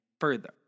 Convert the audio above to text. further